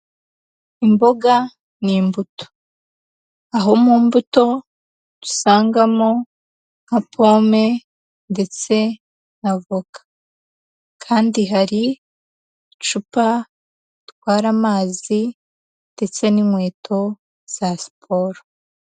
Imboga n'imbuto. Aho mu mbuto dusangamo nka pome, ndetse na voka. Kandi hari icupa ritwara amazi, ndetse n'inkweto za siporo.